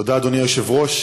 תודה אדוני היושב-ראש.